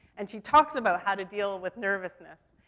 and she talks about how to deal with nervousness.